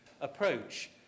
approach